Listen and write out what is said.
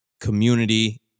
Community